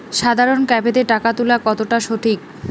সাধারণ ক্যাফেতে টাকা তুলা কতটা সঠিক?